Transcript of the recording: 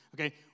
Okay